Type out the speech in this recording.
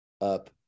up